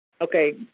Okay